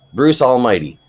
bruce almighty,